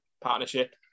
partnership